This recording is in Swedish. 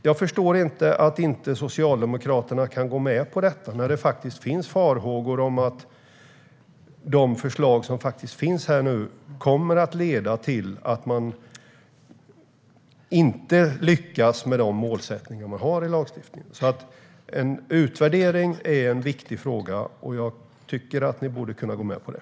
Jag förstår inte att Socialdemokraterna inte kan gå med på detta, när det finns farhågor om att de här förslagen kommer att leda till att man inte lyckas med målsättningarna med lagstiftningen. Utvärdering är viktigt. Jag tycker att Socialdemokraterna borde kunna gå med på det.